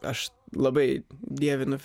aš labai dievinu